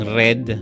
red